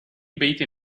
بيت